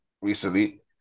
recently